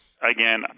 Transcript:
Again